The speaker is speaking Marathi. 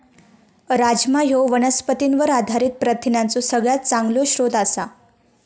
राजमा ह्यो वनस्पतींवर आधारित प्रथिनांचो सगळ्यात चांगलो स्रोत आसा